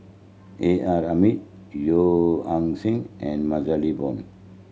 A R Hamid Yeo Ah Seng and MaxLe Blond